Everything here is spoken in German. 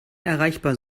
erreichbar